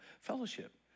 fellowship